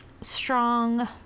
strong